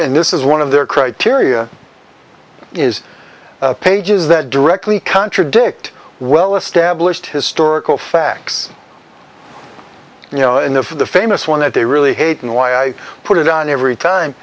and this is one of their criteria is pages that directly contradict well established historical facts you know in the for the famous one that they really hate and why i put it on every time